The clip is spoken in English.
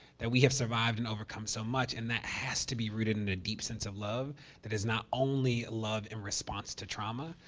that we have survived and overcome so much and that has to be rooted in a deep sense of love that is not only love in response to trauma.